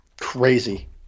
crazy